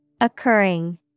Occurring